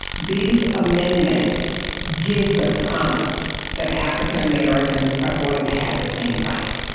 these amendments give the promise that african americans are going to have the same rights.